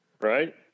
right